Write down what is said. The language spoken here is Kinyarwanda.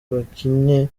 bakinnye